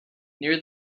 near